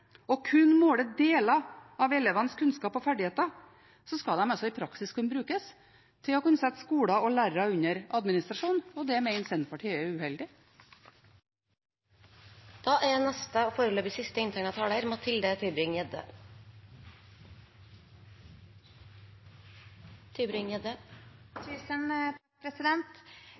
kun måler deler av elevenes kunnskap og ferdigheter – i praksis kunne brukes til å kunne sette skoler og lærere under administrasjon, og det mener Senterpartiet er uheldig. Jeg må si jeg blir litt forundret over debatten, for jeg har besøkt flere arbeiderparti- og